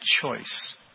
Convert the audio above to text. choice